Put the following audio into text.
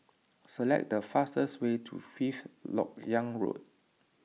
select the fastest way to Fifth Lok Yang Road